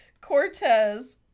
Cortez